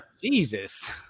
Jesus